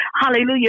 Hallelujah